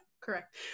Correct